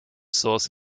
source